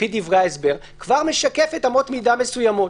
לפי דברי ההסבר, כבר משקפת אמות מידה מסוימות.